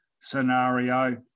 scenario